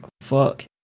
fuck